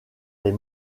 les